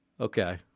okay